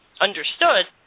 understood